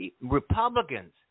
Republicans